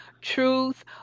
truth